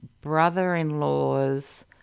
brother-in-law's